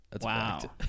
Wow